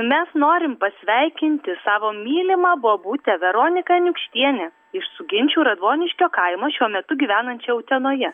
mes norim pasveikinti savo mylimą bobutę veroniką aniukštienę iš suginčių radvoniškio kaimo šiuo metu gyvenančią utenoje